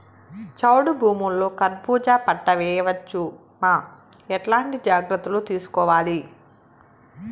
చౌడు భూముల్లో కర్బూజ పంట వేయవచ్చు నా? ఎట్లాంటి జాగ్రత్తలు తీసుకోవాలి?